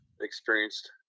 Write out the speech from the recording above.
experienced